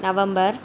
November